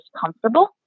comfortable